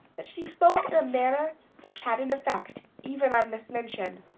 that she spoke in a manner which had an effect even on miss minchin.